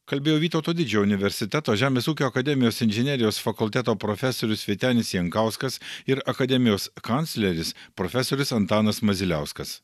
kalbėjo vytauto didžiojo universiteto žemės ūkio akademijos inžinerijos fakulteto profesorius vytenis jankauskas ir akademijos kancleris profesorius antanas maziliauskas